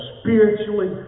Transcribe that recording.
spiritually